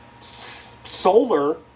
solar